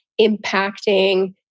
impacting